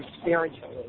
spiritually